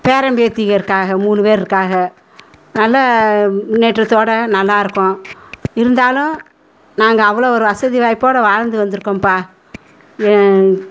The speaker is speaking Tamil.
பேரன் பேத்திங்க இருக்காக மூணு பேர் இருக்காக நல்ல முன்னேற்றத்தோடடு நல்லா இருக்கோம் இருந்தாலும் நாங்கள் அவ்வளோ ஒரு வசதி வாய்ப்போடு வாழ்ந்து வந்திருக்கோம்ப்பா என்